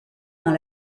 dans